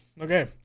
Okay